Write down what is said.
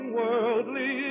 worldly